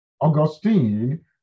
Augustine